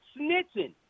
snitching